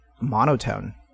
monotone